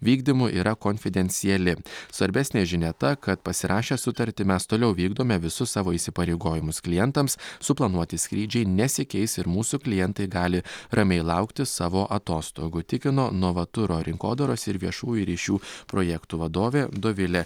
vykdymu yra konfidenciali svarbesnė žinia ta kad pasirašę sutartį mes toliau vykdome visus savo įsipareigojimus klientams suplanuoti skrydžiai nesikeis ir mūsų klientai gali ramiai laukti savo atostogų tikino novaturo rinkodaros ir viešųjų ryšių projektų vadovė dovilė